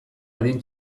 adin